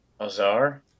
Azar